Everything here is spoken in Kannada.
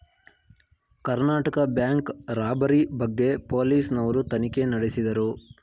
ಕರ್ನಾಟಕ ಬ್ಯಾಂಕ್ ರಾಬರಿ ಬಗ್ಗೆ ಪೊಲೀಸ್ ನವರು ತನಿಖೆ ನಡೆಸಿದರು